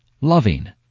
loving